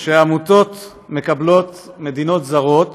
עמותות מקבלות ממדינות זרות